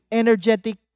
energetic